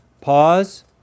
Pause